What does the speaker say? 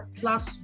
plus